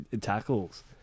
tackles